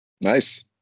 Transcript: Nice